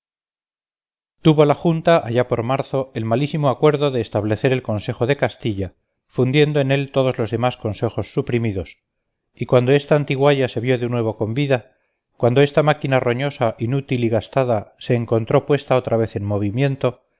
tuvo la junta allá por marzo el malísimo acuerdo de establecer el consejo de castilla fundiendo en él todos los demás consejos suprimidos y cuando esta antigualla se vio de nuevo con vida cuando esta máquina roñosa inútil y gastada se encontró puesta otra vez en movimiento